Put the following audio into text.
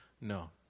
No